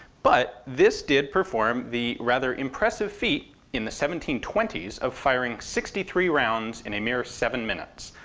but this did perform the rather impressive feat in the seventeen twenty s of firing sixty three rounds in a mere seven minutes.